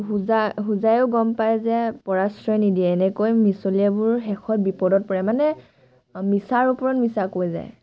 সুজা সুজায়ো গম পায় যে পৰাশ্ৰয় নিদিয়ে এনেকৈ মিছলীয়াবোৰ শেষত বিপদত পৰে মানে মিছাৰ ওপৰত মিছা কৈ যায়